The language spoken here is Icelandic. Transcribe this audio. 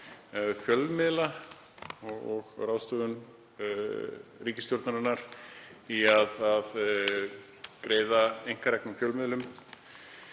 fjölmiðla og þá ráðstöfun ríkisstjórnarinnar að greiða einkareknum fjölmiðlum